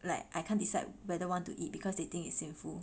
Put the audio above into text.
like I can't decide whether want to eat because they think it's sinful